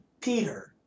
Peter